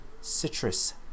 citrus